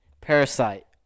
Parasite